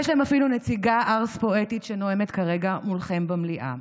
יש להם אפילו נציגה ערס-פואטית שנואמת כרגע מולכם במליאה.